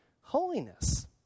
holiness